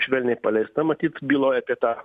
švelniai paleista matyt byloja apie tą